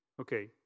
Okay